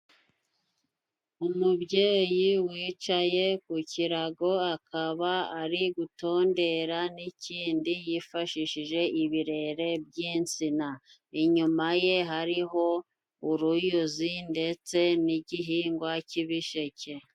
Umubyeyi wicaye ku kirago, akaba ari gutondera n'ikindi yifashishije ibirere by'insina, inyuma ye hariho uruyuzi, ndetse n'igihingwa cy'ibisheke.